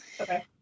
Okay